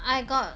I got